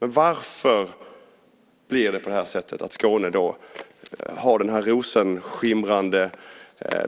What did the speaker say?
Men varför har då Skåne den här rosenskimrande